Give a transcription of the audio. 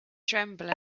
tremble